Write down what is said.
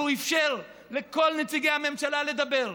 הוא אפשר לכל נציגי הממשלה לדבר.